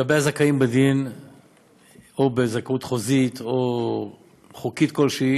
לגבי הזכאים בדין או בזכאות חוזית או חוקית כלשהי